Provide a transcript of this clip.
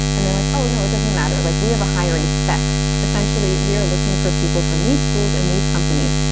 and they're like, no, it doesn't matter. like we have a hiring spec. essentially, we are looking for people from these schools and these companies.